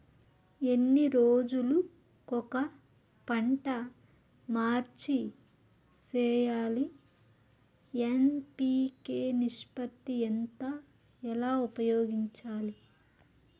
ఎన్ని రోజులు కొక పంట మార్చి సేయాలి ఎన్.పి.కె నిష్పత్తి ఎంత ఎలా ఉపయోగించాలి?